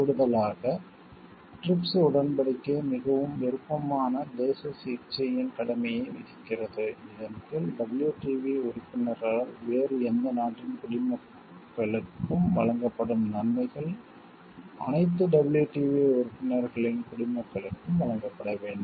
கூடுதலாக TRIPS உடன்படிக்கை மிகவும் விருப்பமான தேச சிகிச்சையின் கடமையை விதிக்கிறது இதன் கீழ் WTO உறுப்பினரால் வேறு எந்த நாட்டின் குடிமக்களுக்கும் வழங்கப்படும் நன்மைகள் அனைத்து WTO உறுப்பினர்களின் குடிமக்களுக்கும் வழங்கப்பட வேண்டும்